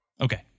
Okay